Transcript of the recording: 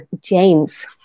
James